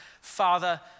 Father